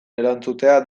erantzutea